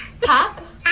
Pop